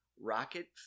rocket